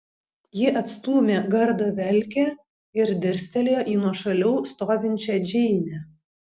ji atstūmė gardo velkę ir dirstelėjo į nuošaliau stovinčią džeinę